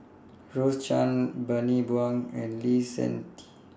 Rose Chan Bani Buang and Lee Seng Tee